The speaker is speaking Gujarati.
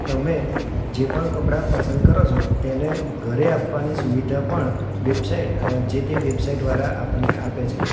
તમે જે પણ કપડાં પસંદ કરો છો તેને ઘરે આપવાની સુવિધા પણ વેબસાઇટ જે તે વેબસાઇટવાળા આપણને આપે છે